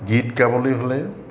গীত গাবলৈ হ'লে